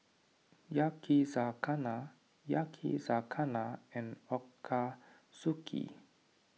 Yakizakana Yakizakana and Ochazuke